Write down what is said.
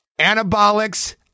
Anabolics